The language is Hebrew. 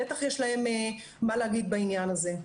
בטח יש להם מה להגיד בעניין הזה.